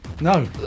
No